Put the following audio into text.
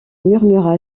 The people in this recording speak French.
murmura